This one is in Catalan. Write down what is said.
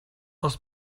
els